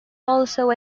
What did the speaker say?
also